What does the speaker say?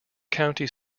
county